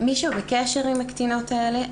מישהו בקשר עם הקטינות האלה?